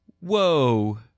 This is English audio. Whoa